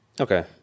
Okay